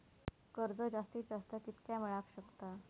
कर्ज जास्तीत जास्त कितक्या मेळाक शकता?